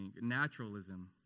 Naturalism